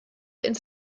ins